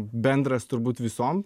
bendras turbūt visom